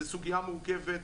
זו סוגיה מורכבת.